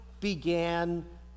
began